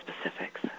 specifics